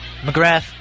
McGrath